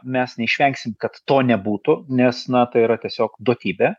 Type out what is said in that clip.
mes neišvengsim kad to nebūtų nes na tai yra tiesiog duotybė